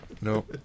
no